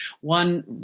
one